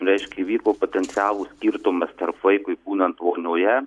reiškia įvyko potencialų skirtumas tarp vaikui būnant vonioje